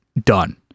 done